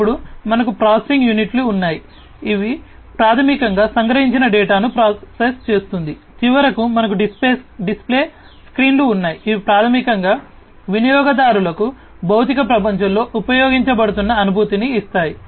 అప్పుడు మనకు ప్రాసెసింగ్ యూనిట్లు ఉన్నాయి ఇది ప్రాథమికంగా సంగ్రహించిన డేటాను ప్రాసెస్ చేస్తుంది చివరికి మనకు డిస్ప్లే స్క్రీన్లు ఉన్నాయి ఇవి ప్రాథమికంగా వినియోగదారుకు భౌతిక ప్రపంచంలో ఉపయోగించబడుతున్న అనుభూతిని ఇస్తాయి